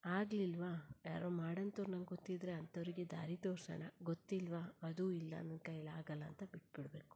ಆಗಲಿಲ್ವಾ ಯಾರೋ ಮಾಡೋಂಥವ್ರು ನಂಗೆ ಗೊತ್ತಿದ್ದರೆ ಅಂಥವರಿಗೆ ದಾರಿ ತೋರಿಸೋಣ ಗೊತ್ತಿಲ್ವ ಅದು ಇಲ್ಲ ನನ್ನ ಕೈಲಿ ಆಗಲ್ಲ ಅಂತ ಬಿಟ್ಬಿಡ್ಬೇಕು